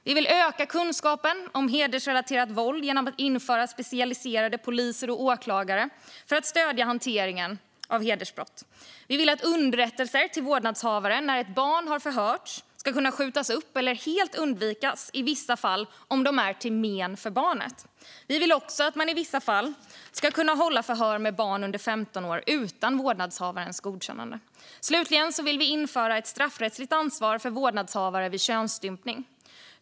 Vi vill öka kunskapen om hedersrelaterat våld genom att införa specialiserade poliser och åklagare som ska stödja hanteringen av hedersbrott. Vi vill att underrättelser till vårdnadshavare när ett barn har förhörts ska kunna skjutas upp eller i vissa fall helt undvikas om de är till men för barnet. Vi vill också att man i vissa fall ska kunna hålla förhör med barn under 15 år utan vårdnadshavarens godkännande. Vi vill slutligen införa ett straffrättsligt ansvar för vårdnadshavare vid könsstympning.